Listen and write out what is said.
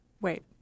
Wait